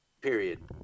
Period